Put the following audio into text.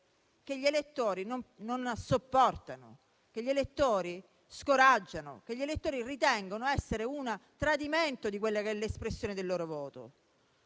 che gli elettori non sopportano, che gli elettori scoraggiano e che ritengono essere un tradimento dell'espressione del loro voto.